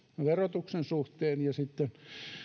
verotuksen suhteen ja sitten